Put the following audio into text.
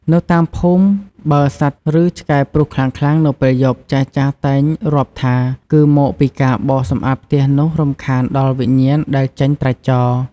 នៅតាមភូមិ បើសត្វឬឆ្កែព្រុសខ្លាំងៗនៅពេលយប់ ចាស់ៗតែងរាប់ថា គឺមកពីការបោសសម្អាតផ្ទះនោះរំខានដល់វិញ្ញាណដែលចេញត្រាច់ចរ។